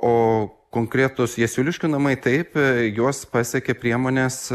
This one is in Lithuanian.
o konkretūs jasiuliškių namai taip juos pasiekė priemonės